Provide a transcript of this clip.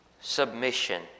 submission